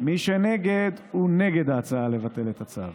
מי שנגד הוא נגד ההצעה לבטל את הצו.